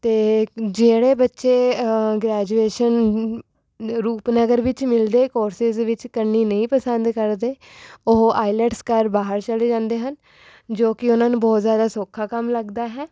ਅਤੇ ਜਿਹੜੇ ਬੱਚੇ ਗ੍ਰੇਜੂਏਸ਼ਨ ਰੂਪਨਗਰ ਵਿੱਚ ਮਿਲਦੇ ਕੋਰਸਿਸ ਵਿੱਚ ਕਰਨੀ ਨਹੀਂ ਪਸੰਦ ਕਰਦੇ ਉਹ ਆਈਲੈਟਸ ਕਰ ਬਾਹਰ ਚਲੇ ਜਾਂਦੇ ਹਨ ਜੋ ਕਿ ਉਨ੍ਹਾਂ ਨੂੰ ਬਹੁਤ ਜ਼ਿਆਦਾ ਸੌਖਾ ਕੰਮ ਲੱਗਦਾ ਹੈ